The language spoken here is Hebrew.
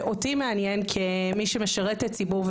ואותי מעניין כמי שמשרתת את הציבור,